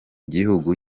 gihugu